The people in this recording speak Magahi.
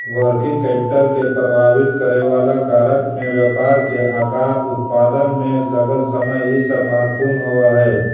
वर्किंग कैपिटल के प्रभावित करेवाला कारक में व्यापार के आकार, उत्पादन में लगल समय इ सब महत्वपूर्ण होव हई